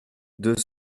deux